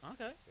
Okay